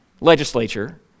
legislature